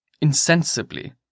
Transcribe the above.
insensibly